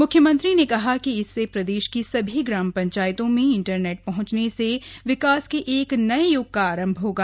म्ख्यमंत्री ने कहा कि इससे प्रदेश की सभी ग्राम पंचायतों में इंटरनेट पहंचने से विकास के एक नए य्ग आरंभ होगा